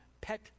pet